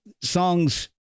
songs